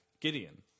Gideon